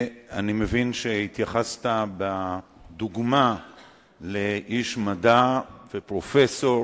אני מבין שהתייחסת בדוגמה של איש מדע ופרופסור